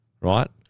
right